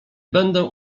będę